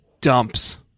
dumps